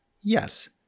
yes